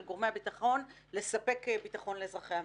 של גורמי הביטחון לספק ביטחון לאזרחי המדינה.